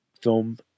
film